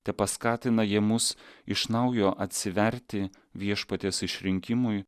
tepaskatina jie mus iš naujo atsiverti viešpaties išrinkimui